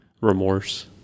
Remorse